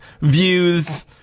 views